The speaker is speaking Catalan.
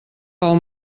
pel